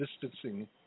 Distancing